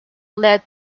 led